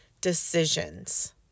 decisions